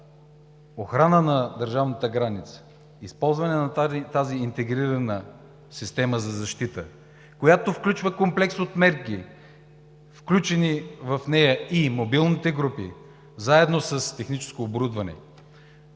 охрана на държавната граница – използването на тази интегрирана система за защита, която включва комплекс от мерки и мобилните групи. Заедно с техническо оборудване